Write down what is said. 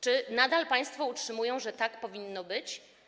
Czy nadal państwo utrzymują, że tak powinno być?